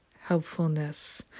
helpfulness